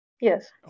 Yes